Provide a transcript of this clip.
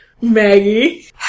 Maggie